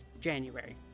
January